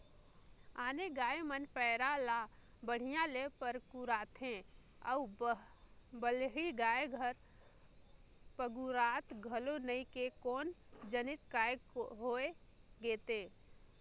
आने गाय मन पैरा ला बड़िहा ले पगुराथे अउ बलही गाय हर पगुरात घलो नई हे कोन जनिक काय होय गे ते